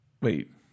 Wait